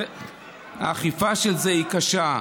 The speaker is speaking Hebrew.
היא קשה.